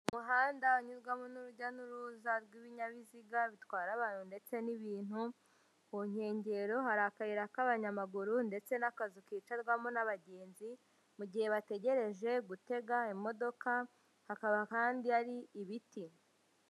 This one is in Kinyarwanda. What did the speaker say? Umuhanda unyurwamo n'urujya n'uruza rw'ibinyabiziga bitwara abantu ndetse n'ibintu, ku nkengero hari akayira k'abanyamaguru ndetse n'akazu kicarwamo n'abagenzi mu gihe bategereje gutega imodoka hakaba kandi hari ibiti.